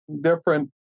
different